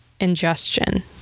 ingestion